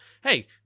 Hey